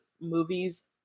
movies